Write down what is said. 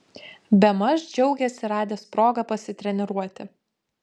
bemaž džiaugėsi radęs progą pasitreniruoti